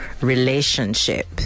relationship